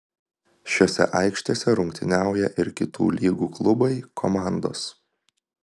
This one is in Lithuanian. šiose aikštėse rungtyniauja ir kitų lygų klubai komandos